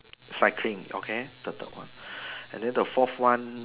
cycling okay the third one and then the fourth one